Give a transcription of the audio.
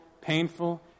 painful